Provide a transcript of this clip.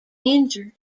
injured